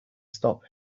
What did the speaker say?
stop